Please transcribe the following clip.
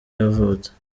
yavutse